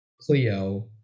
Cleo